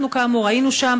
אנחנו, כאמור, היינו שם.